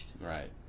Right